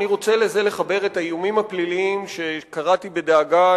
אני רוצה לחבר לזה את האיומים הפליליים שכפי שקראתי בדאגה,